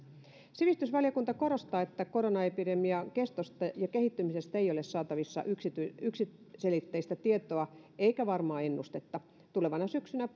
sivistysvaliokunta korostaa että koronaepidemian kestosta ja kehittymisestä ei ole saatavissa yksiselitteistä tietoa eikä varmaa ennustetta tulevana syksynä